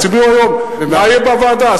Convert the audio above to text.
יצביעו היום, מה יהיה בוועדה?